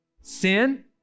sin